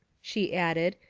she added,